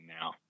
now